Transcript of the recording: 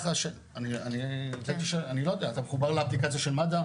אני לא יודע, אתה מחובר לאפליקציה של מד"א?